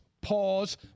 Pause